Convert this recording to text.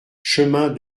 chemin